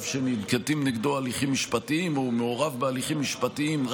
שננקטים נגדו הליכים משפטיים או מעורב בהליכים משפטיים,